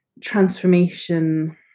transformation